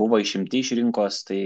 buvo išimti iš rinkos tai